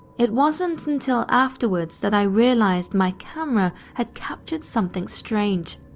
it wasn't until afterwards that i realised my camera had captured something strange.